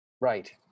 Right